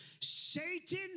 Satan